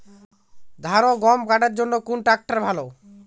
ধান ও গম কাটার জন্য কোন ট্র্যাক্টর ভালো?